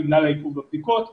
בגלל העיכוב בבדיקות וכו'.